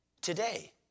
today